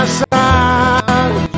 side